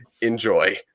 Enjoy